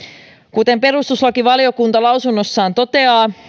kuten perustuslakivaliokunta mietinnössään toteaa